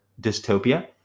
dystopia